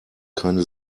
keine